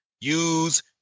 use